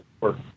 work